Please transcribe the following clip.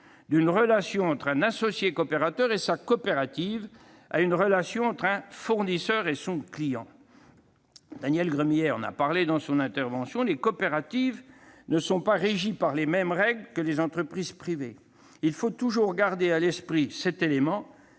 d'une relation entre un associé coopérateur et sa coopérative à une relation entre un fournisseur et son client. Daniel Gremillet en a parlé, les coopératives ne sont pas régies par les mêmes règles que les entreprises privées. Il faut toujours garder à l'esprit cet élément,